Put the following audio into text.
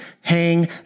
hang